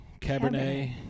Cabernet